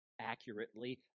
accurately